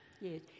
yes